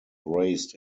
raised